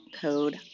code